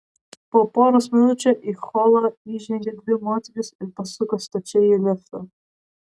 po poros minučių į holą įžengė dvi moterys ir pasuko stačiai į liftą